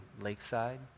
Lakeside